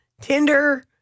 Tinder